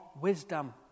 Wisdom